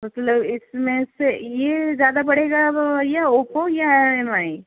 मतलब इसमें से ये ज़्यादा पड़ेगा व ओपो या एम आई